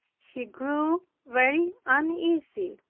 he grew very uneasy.